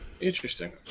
Interesting